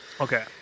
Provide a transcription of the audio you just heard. Okay